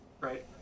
right